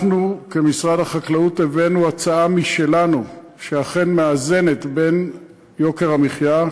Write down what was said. אנחנו כמשרד החקלאות הבאנו הצעה משלנו שאכן מאזנת בין יוקר המחיה,